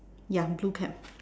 ya blue cap